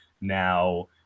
now